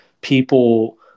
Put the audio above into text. people